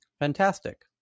Fantastic